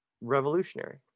revolutionary